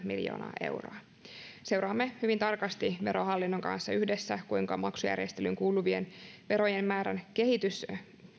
miljoonaa euroa seuraamme hyvin tarkasti verohallinnon kanssa yhdessä kuinka maksujärjestelyyn kuuluvien verojen määrän kehitys